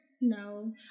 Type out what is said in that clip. No